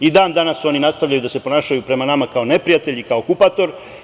I dan danas oni nastavljaju da se ponašaju prema nama kao neprijatelj, kao okupator.